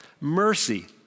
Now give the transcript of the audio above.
Mercy